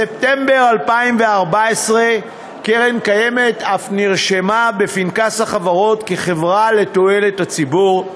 בספטמבר 2014 קרן קיימת אף נרשמה בפנקס החברות כחברה לתועלת הציבור.